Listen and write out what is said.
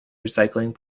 recycling